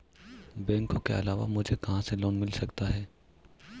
बैंकों के अलावा मुझे कहां से लोंन मिल सकता है?